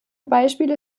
beispiele